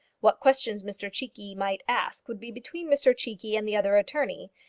what questions mr cheekey might ask would be between mr cheekey and the other attorney,